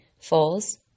falls